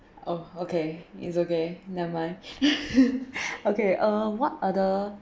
oh okay it's okay never mind okay um what other